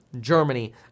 Germany